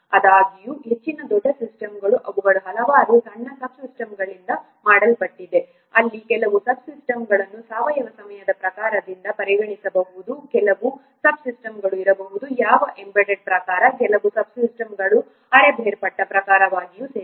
ಆದಾಗ್ಯೂ ಹೆಚ್ಚಿನ ದೊಡ್ಡ ಸಿಸ್ಟಮ್ಗಳು ಅವುಗಳು ಹಲವಾರು ಸಣ್ಣ ಸಬ್ ಸಿಸ್ಟಮ್ಗಳಿಂದ ಮಾಡಲ್ಪಟ್ಟಿದೆ ಅಲ್ಲಿ ಕೆಲವು ಸಬ್ ಸಿಸ್ಟಮ್ಗಳನ್ನು ಸಾವಯವ ಸಮಯದ ಪ್ರಕಾರವೆಂದು ಪರಿಗಣಿಸಬಹುದು ಕೆಲವು ಸಬ್ ಸಿಸ್ಟಮ್ಗಳು ಇರಬಹುದು ಯಾವ ಎಂಬೆಡೆಡ್ ಪ್ರಕಾರ ಕೆಲವು ಸಬ್ ಸಿಸ್ಟಮ್ಗಳು ಅರೆ ಬೇರ್ಪಟ್ಟ ಪ್ರಕಾರವಾಗಿದೆ ಸರಿಯಾ